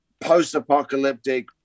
post-apocalyptic